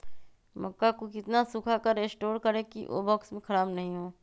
मक्का को कितना सूखा कर स्टोर करें की ओ बॉक्स में ख़राब नहीं हो?